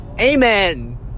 Amen